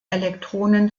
elektronen